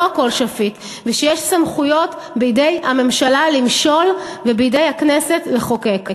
הכול שפיט ושיש סמכויות בידי הממשלה למשול ובידי הכנסת לחוקק.